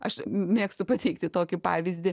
aš mėgstu pateikti tokį pavyzdį